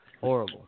Horrible